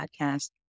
podcast